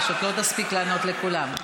פשוט לא תספיק לענות לכולם.